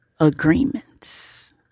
Agreements